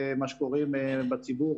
מה שקוראים בציבור,